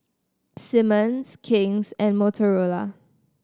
Simmons King's and Motorola